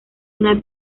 una